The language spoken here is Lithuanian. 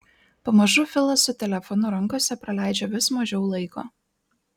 pamažu filas su telefonu rankose praleidžia vis mažiau laiko